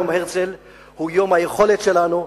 יום הרצל הוא יום היכולת שלנו.